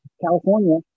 California